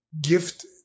gift